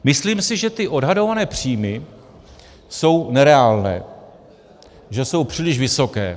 Myslím si, že odhadované příjmy jsou nereálné, že jsou příliš vysoké.